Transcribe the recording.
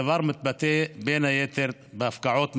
הדבר מתבטא בין היתר בהפקעות מסיביות,